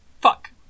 fuck